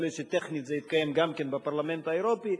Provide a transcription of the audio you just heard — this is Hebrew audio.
יכול להיות שטכנית זה יתקיים גם כן בפרלמנט האירופי,